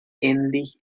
ähnlich